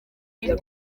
ryo